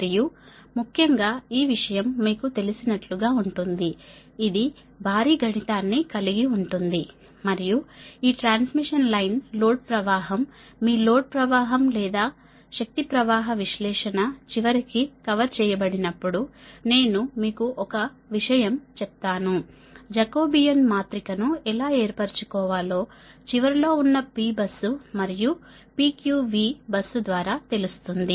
మరియు ముఖ్యంగా ఈ విషయం మీకు తెలిసినట్లుగా ఉంటుంది ఇది భారీ గణితాన్ని కలిగి ఉంటుంది మరియు ఈ ట్రాన్స్మిషన్ లైన్ లోడ్ ప్రవాహం మీ లోడ్ ప్రవాహం లేదా శక్తి ప్రవాహ విశ్లేషణ చివరికి కవర్ చేయబడినప్పుడు నేను మీకు ఒక విషయం చెప్తాను జాకోబియన్ మాత్రికను ఎలా ఏర్పరుచుకోవాలో చివర లో ఉన్న P బస్సు మరియు PQV బస్సు ద్వారా తెలుస్తుంది